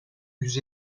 yüz